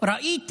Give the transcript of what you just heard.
ראיתי